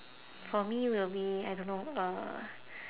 for me will be I don't know uh